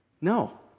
No